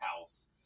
House